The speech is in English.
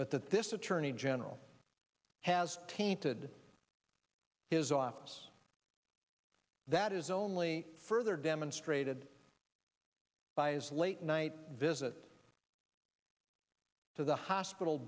but that this attorney general has tainted his office that is only further demonstrated by his late night visit to the hospital